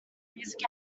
music